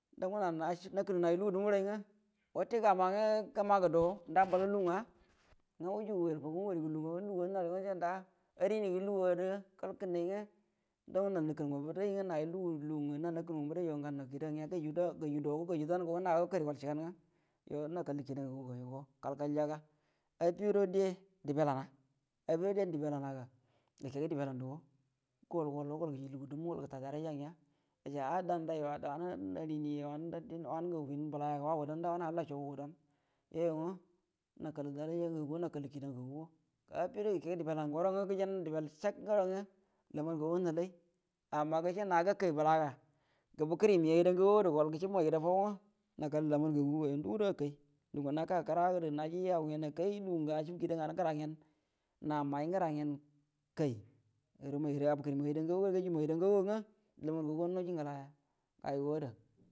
Dango nal nakənnə nayu lugu dumurai nga wate gama nga gəmagə do nda mbalgə lugu nga nga wujugu wugal fagu nga wanigu ngərə lugu nga nda arini ngərə lugu ada nga kagənnə nga danga nol nu kənnə geni mbədaou nga nagu lugu lugu ngə nal nakənnə gai mbədaijo ngə gannau kida nya gaju do nga gaju dango nga na gəkəle gol shigau nga yo nakallə kida ngaguga yugo kal kalyaga afida diya dibe lana-afido diya dibe lana ga gəkegə dibe lan dugo gol-goldo gol gəji lugu dumu gol gəta daraja nya gashe a’a dndai ba wanə narini bəlayaga wand wun bəlayaga waugə dauda wanə hallasho walgə dau yoyuma nakallə daraja ngagugo nakallə kegugo afido gəkegə dibelau goro nga gəjah dibel shal goro nga lamar ngaguwa hulai amma gashe na gakai bəlaga gəbəkəri maigia ngagodə gol gushubu maigida fau nga nakallə lamar ngaguga yo ndugudo akai lungə naka kəradu naji aga ngen akai lungə ashubu ahibel nganə ngəna ngen na mai ngəra ngen kai ngərə maigida gabə kəri maigida ngagawa də gaju maigida nga lamar ngaguwa niji ngdaya ga yugo ada.